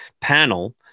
panel